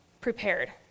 prepared